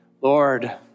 Lord